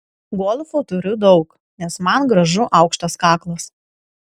golfų turiu daug nes man gražu aukštas kaklas